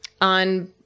on